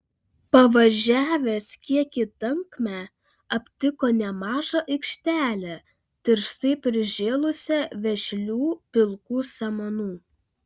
pavažiavęs kiek į tankmę aptiko nemažą aikštelę tirštai prižėlusią vešlių pilkų samanų